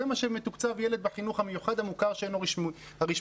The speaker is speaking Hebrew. זה מה שמתוקצב ילד בחינוך המיוחד המוכר שאינו רשמי.